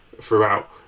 throughout